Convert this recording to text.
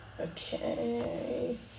Okay